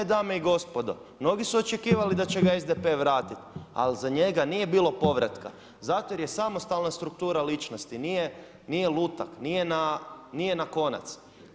E dame i gospodo, mnogi su očekivali da će ga SDP vratiti, ali za njega nije bilo povratka zato jer je samostalna struktura ličnosti, nije lutak, nije na konac.